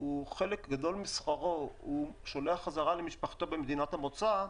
חלק גדול משכרו הוא שולח בחזרה למשפחתו במדינת המוצא,